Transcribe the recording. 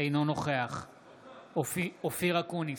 אינו נוכח אופיר אקוניס,